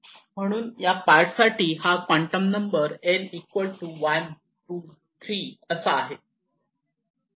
म्हणून या पार्ट साठी क्वांटम नंबर n 12 3 - आहे